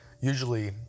usually